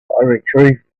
retrieved